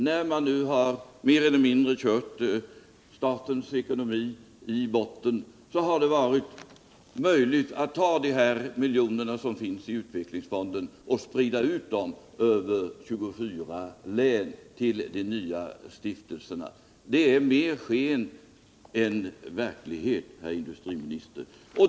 När man nu mer eller mindre har kört statens ekonomi i botten, har det varit möjligt att ta de miljoner som finns i utvecklingsfonden och sprida ut dem till de nya stiftelserna i 24 län. Det är mer sken än verklighet, herr industriminister.